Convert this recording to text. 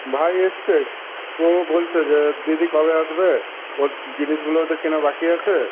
ভাই এসেছে ও বলছে যে দিদি কবে আসবে ওর জিনিসগুলোও তো কেনা বাকি আছে